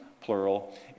plural